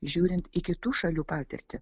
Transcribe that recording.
žiūrint į kitų šalių patirtį